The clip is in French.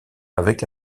avec